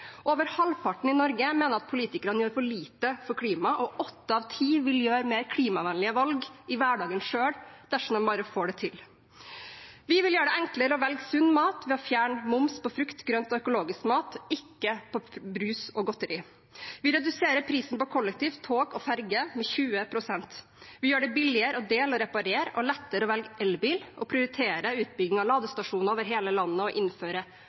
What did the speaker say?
Over halvparten i Norge mener at politikerne gjør for lite for klimaet, og åtte av ti vil ta mer klimavennlige valg i hverdagen selv, dersom de bare får det til. Vi vil gjøre det enklere å velge sunn mat ved å fjerne moms på frukt, grønt og økologisk mat, ikke på brus og godteri. Vi reduserer prisen på kollektiv, tog og ferje med 20 pst. Vi gjør det billigere å dele og reparere og lettere å velge elbil, prioriterer utbygging av ladestasjoner over hele landet